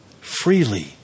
freely